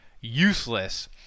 useless